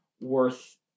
worth